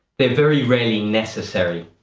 they're very rarely necessary.